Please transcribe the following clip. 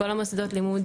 בכל מוסדות הלימוד,